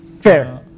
Fair